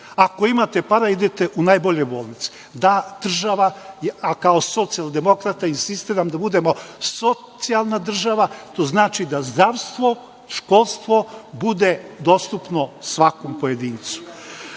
Ako imate para, idete u najbolje bolnice. Kao socijaldemokrata insistiram da budemo socijalna država, to znači da zdravstvo, školstvo, bude dostupno svakom pojedincu. Još